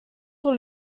sur